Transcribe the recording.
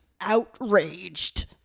outraged